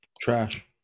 Trash